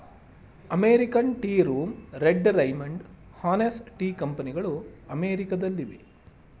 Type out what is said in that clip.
American tea room, red Raymond, honest tea ಕಂಪನಿಗಳು ಅಮೆರಿಕದಲ್ಲಿವೆ